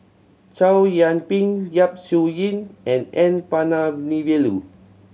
Chow Yian Ping Yap Su Yin and N Palanivelu